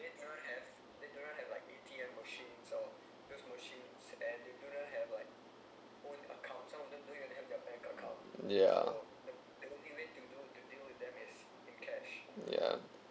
yeah ya